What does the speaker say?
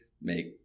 make